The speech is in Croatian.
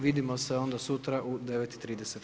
Vidimo se onda sutra u 9,30.